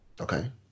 Okay